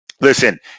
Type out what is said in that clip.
Listen